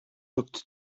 looked